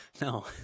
No